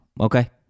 okay